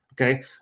Okay